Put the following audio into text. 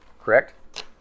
Correct